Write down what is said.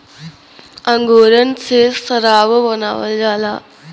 अंगूरन से सराबो बनावल जाला